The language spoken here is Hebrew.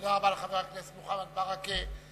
תודה רבה לחבר הכנסת מוחמד ברכה.